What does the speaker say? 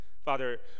Father